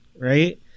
right